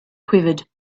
quivered